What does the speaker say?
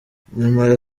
nyamara